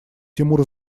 тимур